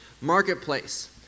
Marketplace